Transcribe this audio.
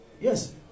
Yes